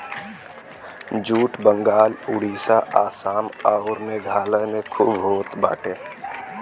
jute Bengal Orissa Assam अउर मेघालय में खूब होत बाटे